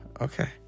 okay